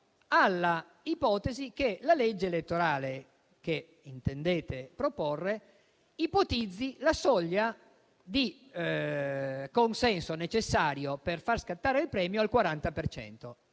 all'ipotesi che la legge elettorale che intendete proporre ipotizzi la soglia di consenso necessario per far scattare il premio al 40